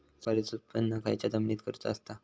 सुपारीचा उत्त्पन खयच्या जमिनीत करूचा असता?